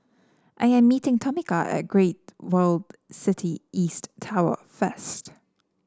I am meeting Tomika at Great World City East Tower first